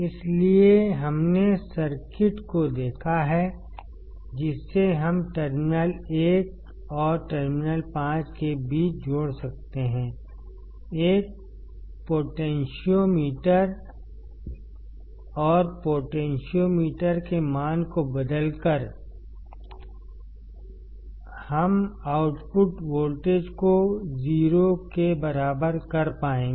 इसलिए हमने सर्किट को देखा है जिसे हम टर्मिनल 1 और टर्मिनल 5 के बीच जोड़ सकते हैं एक पोटेंशियोमीटर और पोटेंशियोमीटर के मान को बदलकर हम आउटपुट वोल्टेज को 0 के बराबर कर पाएंगे